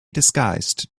disguised